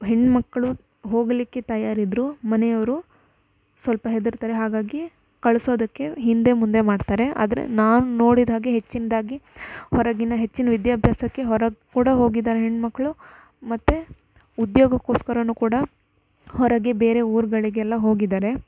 ಹೆಣ್ಣುಮಕ್ಳು ಹೋಗಲಿಕ್ಕೆ ತಯಾರಿದ್ರೂ ಮನೆಯವರು ಸ್ವಲ್ಪ ಹೆದರ್ತಾರೆ ಹಾಗಾಗಿ ಕಳಿಸೋದಕ್ಕೆ ಹಿಂದೆ ಮುಂದೆ ಮಾಡ್ತಾರೆ ಆದರೆ ನಾನು ನೋಡಿದ ಹಾಗೆ ಹೆಚ್ಚಿನ್ದಾಗಿ ಹೊರಗಿನ ಹೆಚ್ಚಿನ ವಿದ್ಯಾಭ್ಯಾಸಕ್ಕೆ ಹೊರಗೆ ಕೂಡ ಹೋಗಿದ್ದಾರೆ ಹೆಣ್ಣುಮಕ್ಳು ಮತ್ತು ಉದ್ಯೋಗಕ್ಕೋಸ್ಕರ ಕೂಡ ಹೊರಗೆ ಬೇರೆ ಊರುಗಳಿಗೆಲ್ಲ ಹೋಗಿದಾರೆ